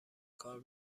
کار